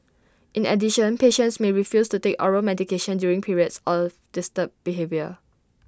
in addition patients may refuse to take oral medications during periods of disturbed behaviour